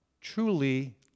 truly